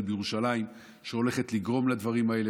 בירושלים שהולכת לגרום לדברים האלה,